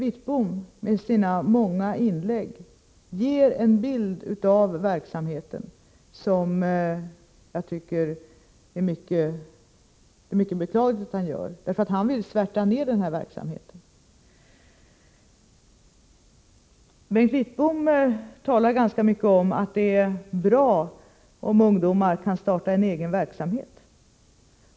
I sina många inlägg skildrar nämligen Bengt Wittbom verksamheten på ett sätt som jag tycker är mycket beklagligt, för han vill svärta ned den här verksamheten. Bengt Wittbom talar ganska mycket om att det är bra om ungdomar kan starta en egen verksamhet.